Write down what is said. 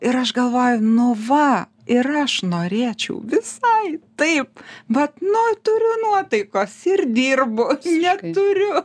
ir aš galvoju nu va ir aš norėčiau visai taip bet nu turiu nuotaikos ir dirbu neturiu